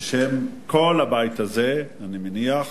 בשם כל הבית הזה, אני מניח.